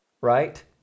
Right